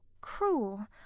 cruel